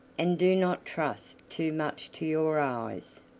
and do not trust too much to your eyes.